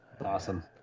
Awesome